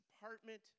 department